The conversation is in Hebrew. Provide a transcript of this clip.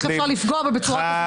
איך אפשר לפגוע בו בצורה כזאת,